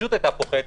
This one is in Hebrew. הגמישות הייתה פוחתת,